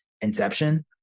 inception